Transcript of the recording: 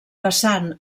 vessant